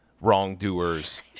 Wrongdoers